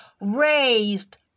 raised